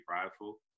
prideful